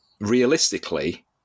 realistically